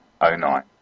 09